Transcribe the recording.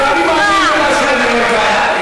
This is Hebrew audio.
הוא אומר את זה פה, ואני מאמין למה שהוא אומר.